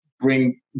bring